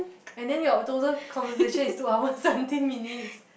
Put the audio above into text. and then your total conversation is two hours seventeen minutes